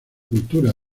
cultura